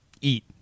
eat